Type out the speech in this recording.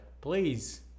please